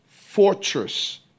fortress